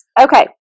Okay